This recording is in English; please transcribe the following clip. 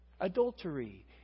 Adultery